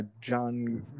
John